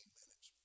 minutes